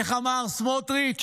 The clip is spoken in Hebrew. איך אמר סמוטריץ'?